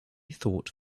thought